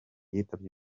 yitabye